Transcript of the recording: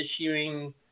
issuing